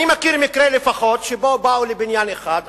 אני מכיר לפחות מקרה שבו באו לבניין אחד,